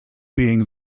being